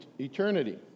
eternity